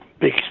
big